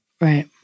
Right